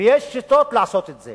יש שיטות לעשות את זה